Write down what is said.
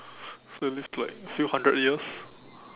so you'll live like to few hundred years